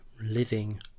living